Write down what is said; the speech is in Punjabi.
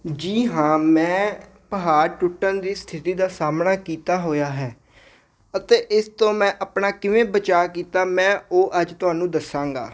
ਜੀ ਹਾਂ ਮੈਂ ਪਹਾੜ ਟੁੱਟਣ ਦੀ ਸਥਿਤੀ ਦਾ ਸਾਹਮਣਾ ਕੀਤਾ ਹੋਇਆ ਹੈ ਅਤੇ ਇਸ ਤੋਂ ਮੈਂ ਆਪਣਾ ਕਿਵੇਂ ਬਚਾਅ ਕੀਤਾ ਮੈਂ ਉਹ ਅੱਜ ਤੁਹਾਨੂੰ ਦੱਸਾਂਗਾ